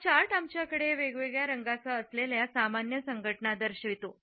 हा चार्ट आमच्याकडे वेगवेगळ्या रंगांसह असलेल्या सामान्य संघटना दर्शवितो